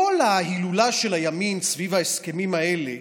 כל ההילולה של הימין סביב ההסכמים האלה,